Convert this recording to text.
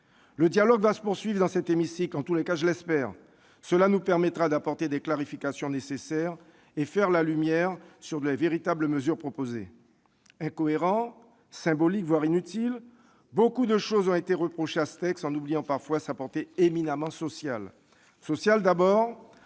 Le dialogue va se poursuivre dans cet hémicycle ; en tout cas, je l'espère. Cela nous permettra d'apporter les clarifications nécessaires et de faire la lumière sur les véritables mesures proposées. « Incohérent »,« symbolique », voire « inutile »; beaucoup de choses ont été reprochées à ce texte, en oubliant parfois sa portée éminemment sociale. Social, ce